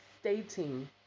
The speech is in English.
stating